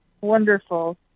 Wonderful